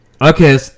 Okay